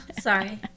Sorry